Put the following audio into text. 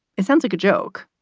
it sounds like a joke,